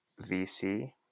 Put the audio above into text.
VC